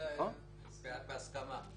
אלא בהסכמה.